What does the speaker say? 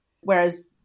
Whereas